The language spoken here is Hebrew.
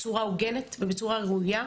בצורה הוגנת ובצורה ראויה,